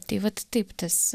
tai vat taip tas